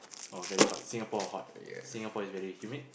oh very hot Singapore hot Singapore is very humid